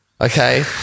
Okay